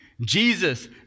Jesus